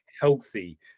healthy